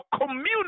community